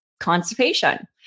constipation